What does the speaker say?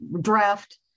draft